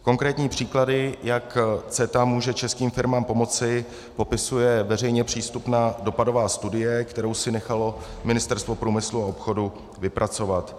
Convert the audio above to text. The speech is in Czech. Konkrétní příklady, jak CETA může českým firmám pomoci, popisuje veřejně přístupná dopadová studie, kterou si nechalo Ministerstvo průmyslu a obchodu vypracovat.